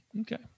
Okay